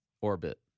orbit